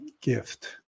gift